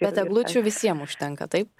bet eglučių visiem užtenka taip